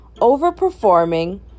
overperforming